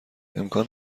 امکان